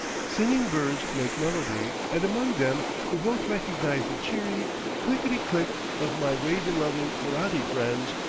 singing birds make melody, and among them we both recognize the cheery clickety-click of my raisin-loving herati friends,